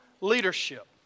leadership